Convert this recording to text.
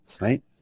right